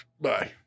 Bye